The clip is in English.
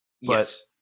Yes